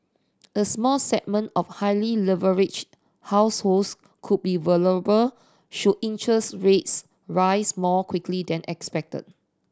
a small segment of highly leveraged households could be vulnerable should interest rates rise more quickly than expected